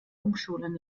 umschulen